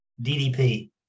DDP